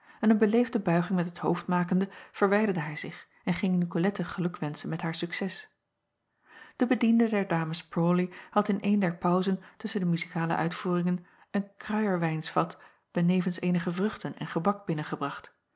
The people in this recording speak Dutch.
en een beleefde buiging met het hoofd makende verwijderde hij zich en ging icolette gelukwenschen met haar succès e bediende der ames rawley had in eene der pauzen tusschen de muzikale uitvoeringen een kruierwijnsvat benevens eenige vruchten en gebak binnengebracht